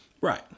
Right